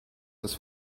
das